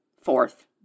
fourth